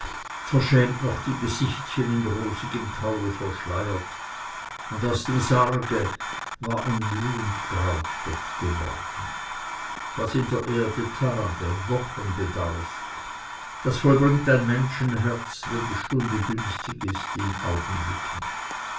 verschämt noch die gesichtchen in rosigem taue verschleiert aus dem sarge war ein blühend brautbett geworden was in der erde tage wochen bedarf das vollbringt ein menschenherz wenn die stunde günstig ist in augenblicken